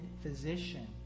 physician